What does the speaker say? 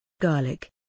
Garlic